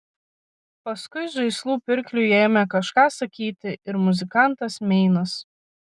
paskui žaislų pirkliui ėmė kažką sakyti ir muzikantas meinas